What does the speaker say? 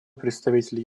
представитель